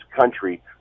country